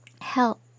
help